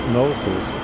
noses